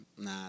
Nah